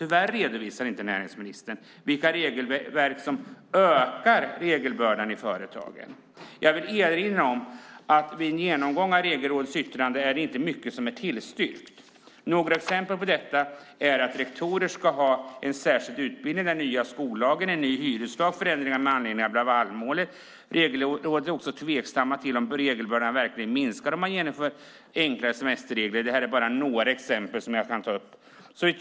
Tyvärr redovisar inte näringsministern vilka reelverk som ökar regelbördan i företagen. Jag vill erinra om att man, vid en genomgång av Regelrådets yttrande, finner att det inte är mycket som blir tillstyrkt. Några exempel på detta är en särskild utbildning för rektorer, den nya skollagen, en ny hyreslag och förändringar med anledning av Lavalmålet. Regelrådet är också tveksamt till om regelbördan verkligen minskar om man genomför enklare semesterregler. Det här är bara några exempel som jag tar upp.